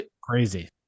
crazy